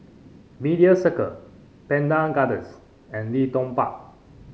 Media Circle Pandan Gardens and Leedon Park